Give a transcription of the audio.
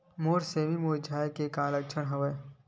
मोर सेमी मुरझाये के का लक्षण हवय?